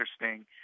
interesting